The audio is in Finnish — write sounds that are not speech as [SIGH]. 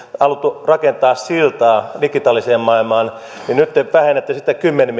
haluttu rakentaa siltaa digitaaliseen maailmaan niin nyt te vähennätte siitä kymmenen [UNINTELLIGIBLE]